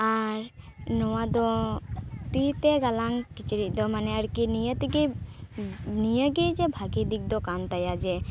ᱟᱨ ᱱᱚᱣᱟ ᱫᱚ ᱛᱤ ᱛᱮ ᱜᱟᱞᱟᱝ ᱠᱤᱪᱨᱤᱡ ᱫᱚ ᱢᱟᱱᱮ ᱟᱨᱠᱤ ᱱᱤᱭᱟᱹ ᱛᱮᱜᱮ ᱱᱤᱭᱟᱹ ᱜᱮ ᱡᱮ ᱵᱷᱟᱜᱮ ᱫᱤᱠ ᱫᱚ ᱠᱟᱱ ᱛᱟᱭᱟ ᱡᱮ